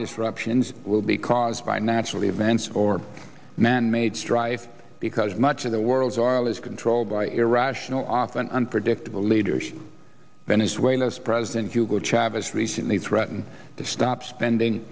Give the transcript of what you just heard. disruptions will be caused by natural events or manmade strife because much of the world's oil is controlled by irrational often unpredictable leaders venezuela's president hugo chavez recently threaten to stop spending